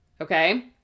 Okay